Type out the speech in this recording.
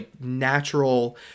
natural